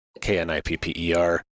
K-N-I-P-P-E-R